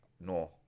no